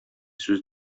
сүз